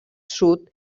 sud